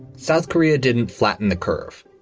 south korea didn't flatten the curve.